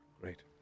Great